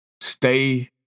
Stay